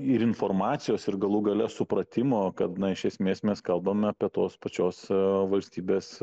ir informacijos ir galų gale supratimo kad na iš esmės mes kalbame apie tos pačios valstybės